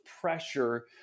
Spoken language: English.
pressure